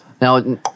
Now